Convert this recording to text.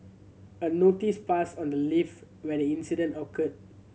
a notice pasted on the lift where the incident occurred